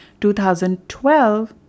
2012